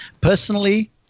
Personally